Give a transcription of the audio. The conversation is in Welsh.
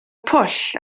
pwll